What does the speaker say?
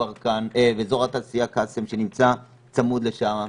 באזור התעשייה קאסם שנמצא צמוד לשער שומרון,